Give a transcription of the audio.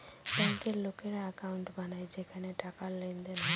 ব্যাঙ্কের লোকেরা একাউন্ট বানায় যেখানে টাকার লেনদেন হয়